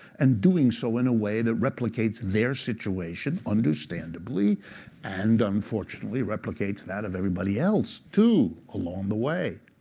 and doing so in a way that replicates their situation, understandably and unfortunately replicates that of everybody else too along the way.